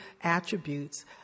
attributes